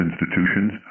institutions